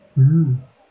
mm